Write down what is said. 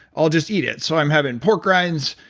i'll just eat it. so i'm having pork rinds,